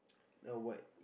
or what